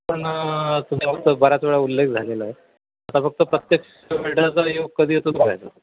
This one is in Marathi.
पण फक्त बराच वेळा उल्लेख झालेला आहे आता फक्त प्रत्यक्ष भेटायचा योग कधी येतो बघायचं